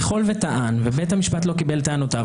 ככל שטען ובית המשפט לא קיבל את טענותיו,